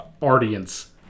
Audience